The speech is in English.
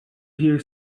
hear